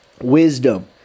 wisdom